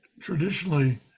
traditionally